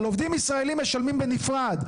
על עובדים ישראלים משלמים בנפרד.